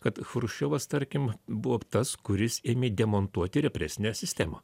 kad chruščiovas tarkim buvo tas kuris ėmė demontuoti represinę sistemą